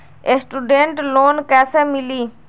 Student loan कैसे मिली?